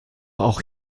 auch